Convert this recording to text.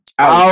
out